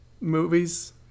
movies